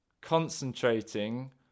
concentrating